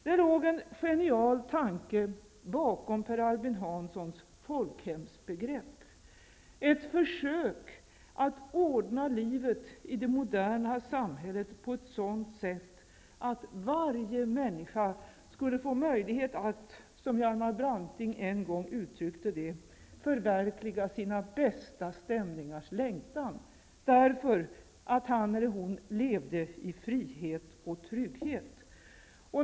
Det låg en genial tanke bakom Per Albin Hanssons folkhemsbegrepp. Det var ett försök att ordna livet i det moderna samhället på ett sådant sätt att varje människa skulle få möjlighet att, som Hjalmar Branting en gång uttryckte det, förverkliga sina bästa stämningars längtan, därför att han eller hon levde i frihet och trygghet.